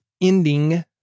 ending